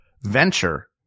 venture